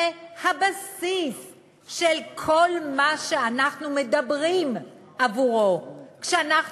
זה הבסיס של כל מה שאנחנו מדברים עבורו כשאנחנו